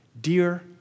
dear